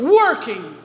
working